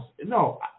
No